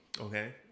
Okay